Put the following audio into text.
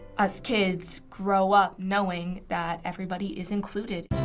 us kids grow up knowing that everybody is included.